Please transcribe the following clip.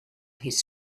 his